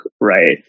right